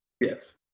Yes